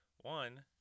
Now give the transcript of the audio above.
One